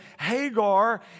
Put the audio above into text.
Hagar